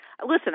Listen